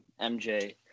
MJ